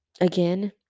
again